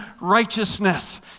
righteousness